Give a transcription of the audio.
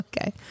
Okay